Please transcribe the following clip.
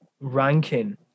ranking